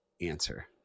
answer